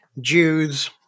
Jews